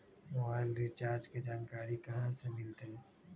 Mobile recharge के जानकारी कहा से मिलतै?